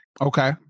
Okay